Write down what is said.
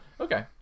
Okay